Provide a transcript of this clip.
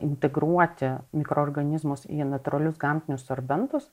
integruoti mikroorganizmus į natūralius gamtinius sorbentus